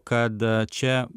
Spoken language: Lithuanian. kad čia